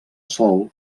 sol